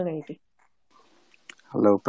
Hello